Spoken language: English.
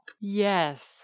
Yes